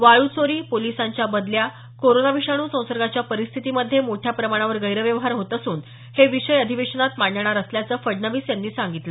वाळू चोरी पोलिसांच्या बदल्या कोरोना विषाणू संसर्गाच्या परीस्थितीमध्ये मोठ्या प्रमाणावर गैरव्यवहार होत असून हे विषय अधिवेशनात मांडणार असल्याचं फडणवीस यांनी सांगितलं